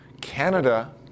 Canada